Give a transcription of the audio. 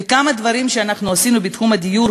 וכמה דברים שעשינו בתחום הדיור,